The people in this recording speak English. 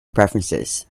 preferences